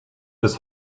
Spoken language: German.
bis